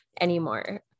anymore